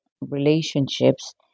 relationships